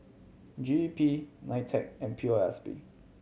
G E P NITEC and P O S B